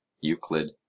Euclid